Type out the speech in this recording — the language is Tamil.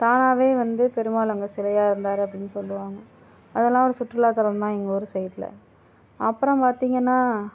தானாகவே வந்து பெருமாள் அங்கே சிலையாகருந்தாரு அப்படின்னு சொல்லுவாங்க அதெல்லாம் ஒரு சுற்றுலா தளம் தான் எங்கள் ஊர் சைடில் அப்புறம் பார்த்திங்கன்னா